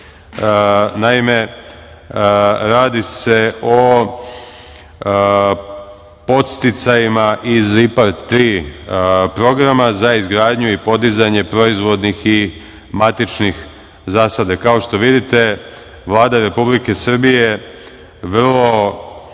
Naime, radi se o podsticajima iz IPARD 3 programa za izgradnju i podizanje proizvodnih i matičnih zasada. Kao što vidite, Vlada Republike Srbije vrlo